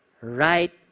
right